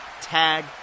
Tag